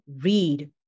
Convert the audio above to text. read